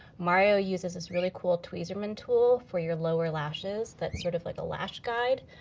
mario uses this really cool tweezerman tool for your lower lashes that's sort of like a lash guide,